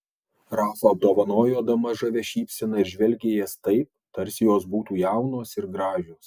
rafa apdovanojo damas žavia šypsena ir žvelgė į jas taip tarsi jos būtų jaunos ir gražios